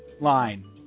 Line